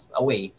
away